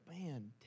man